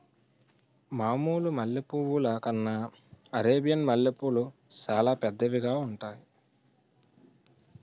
మామూలు మల్లె పువ్వుల కన్నా అరేబియన్ మల్లెపూలు సాలా పెద్దవిగా ఉంతాయి